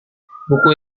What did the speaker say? buku